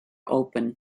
open